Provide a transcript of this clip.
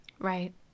Right